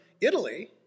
Italy